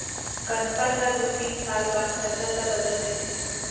गनपत ह दू तीन साल बाद फसल ल बदल देथे